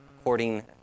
according